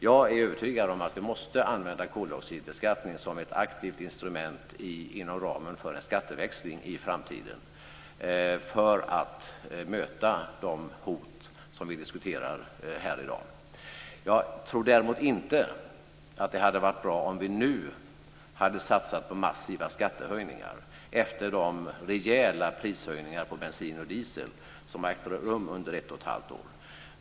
Jag är övertygad om att vi måste använda koldioxidbeskattning som ett aktivt instrument inom ramen för en skatteväxling i framtiden för att möta de hot som vi diskuterar här i dag. Jag tror däremot inte att det hade varit bra om vi nu hade satsat på massiva skattehöjningar efter de rejäla prishöjningar på bensin och diesel som har ägt rum under ett och ett halv år.